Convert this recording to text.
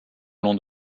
long